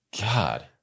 God